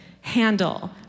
handle